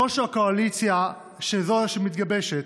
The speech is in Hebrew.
זו שהקואליציה, זו שמתגבשת,